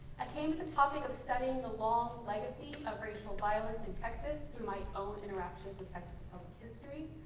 i came to the topic of studying the long legacy of racial violence in texas through my own interactions with texas public history.